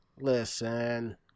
Listen